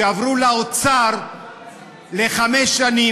שעברו לאוצר לחמש שנים,